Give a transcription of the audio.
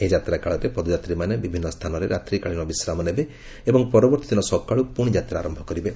ଏହି ଯାତ୍ରାକାଳରେ ପଦଯାତ୍ରୀମାନେ ବିଭିନ୍ନ ସ୍ଥାନରେ ରାତ୍ରିକାଳୀନ ବିଶ୍ରାମ ନେବେ ଏବଂ ପରବର୍ତ୍ତୀ ଦିନ ସକାଳ୍ ପ୍ରଶି ଯାତ୍ରା ଆରମ୍ଭ କରିବେ